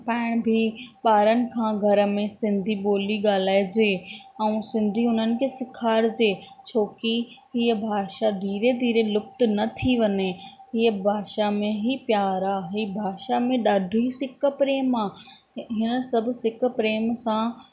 बि ॿारनि खां घर में सिंधी ॿोली ॻाल्हाइजे ऐं सिंधी हुननि खे सेखारिजे छोकी हीअ भाषा धीरे धीरे लुप्त न थी वञे हीअ भाषा में ई प्यार आहे हीअ भाषा में ॾाढी सिक प्रेम आहे हीअं सभु सिक प्रेम सां